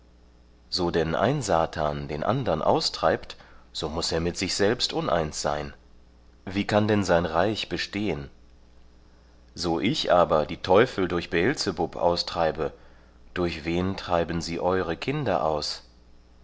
so denn ein satan den andern austreibt so muß er mit sich selbst uneins sein wie kann denn sein reich bestehen so ich aber die teufel durch beelzebub austreibe durch wen treiben sie eure kinder aus